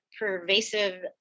pervasive